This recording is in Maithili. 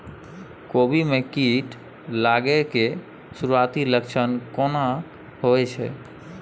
कोबी में कीट लागय के सुरूआती लक्षण केना होय छै